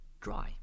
dry